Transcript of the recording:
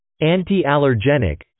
Anti-allergenic